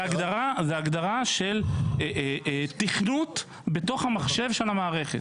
--- זה תכנות בתוך המחשב של המערכת.